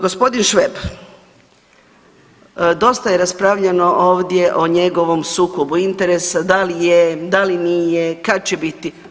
Gospodin Šveb, dosta je raspravljano ovdje o njegovom sukobu interesa da li je, da li nije, kad će biti.